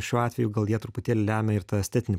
šiuo atveju gal jie truputėlį lemia ir tą estetinį